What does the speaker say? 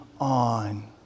on